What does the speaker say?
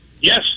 Yes